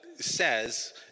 says